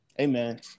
Amen